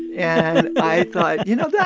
and i thought, you know, that